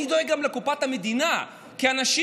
אני דואג גם לקופת המדינה,